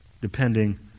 depending